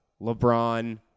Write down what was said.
LeBron